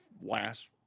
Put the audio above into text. last